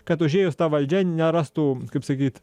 kad užėjus ta valdžia nerastų kaip sakyt